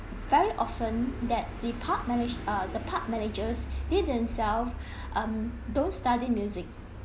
very often that the pub manage err the pub managers they themselves um don't study music